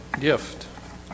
gift